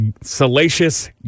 salacious